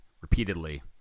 repeatedly